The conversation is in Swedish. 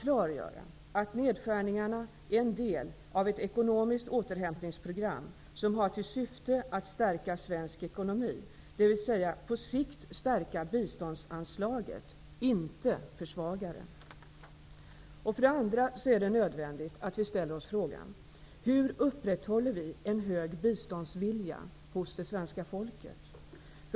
Nedskärningarna är en del av ett ekonomiskt återhämtningsprogram som har till syfte att stärka svensk ekonomi, dvs. på sikt stärka biståndsanslaget, inte försvaga det. För det andra är det nödvändigt att vi ställer oss frågan: Hur upprätthåller vi en hög biståndsvilja hos det svenska folket?